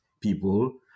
people